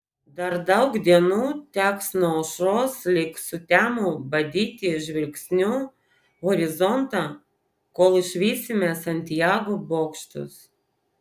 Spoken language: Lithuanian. dar daug dienų teks nuo aušros lig sutemų badyti žvilgsniu horizontą kol išvysime santjago bokštus